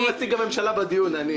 בתור נציג הממשלה בדיון -- אני